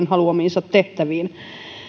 haluamiinsa tehtäviin